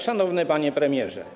Szanowny Panie Premierze!